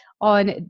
on